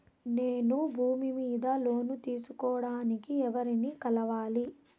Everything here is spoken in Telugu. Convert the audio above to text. నేను భూమి మీద లోను తీసుకోడానికి ఎవర్ని కలవాలి?